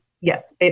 yes